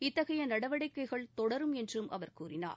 இத்தகைய நடவடிக்கைகள் தொடரும் என்றும் அவர் கூறினார்